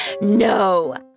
No